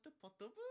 portable